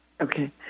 Okay